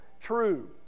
true